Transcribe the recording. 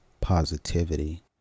positivity